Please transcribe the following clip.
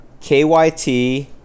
KYT